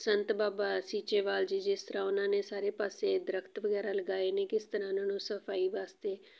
ਸੰਤ ਬਾਬਾ ਸੀਚੇਵਾਲ ਜੀ ਜਿਸ ਤਰ੍ਹਾਂ ਉਹਨਾਂ ਨੇ ਸਾਰੇ ਪਾਸੇ ਦਰੱਖਤ ਵਗੈਰਾ ਲਗਾਏ ਨੇ ਕਿਸ ਤਰ੍ਹਾਂ ਉਹਨਾਂ ਨੂੰ ਸਫਾਈ ਵਾਸਤੇ